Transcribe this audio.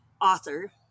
author